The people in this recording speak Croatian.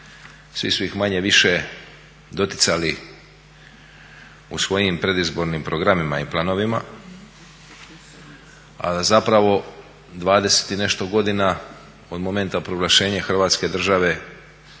Svi su ih manje-više doticali u svojim predizbornim programima i planovima, a zapravo 20 i nešto godina od momenta proglašenja Hrvatske države